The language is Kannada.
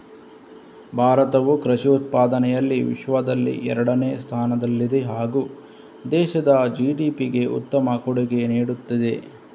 ಭಾರತವು ಕೃಷಿ ಉತ್ಪಾದನೆಯಲ್ಲಿ ವಿಶ್ವದಲ್ಲಿ ಎರಡನೇ ಸ್ಥಾನದಲ್ಲಿದೆ ಹಾಗೂ ದೇಶದ ಜಿ.ಡಿ.ಪಿಗೆ ಉತ್ತಮ ಕೊಡುಗೆ ನೀಡಿದೆ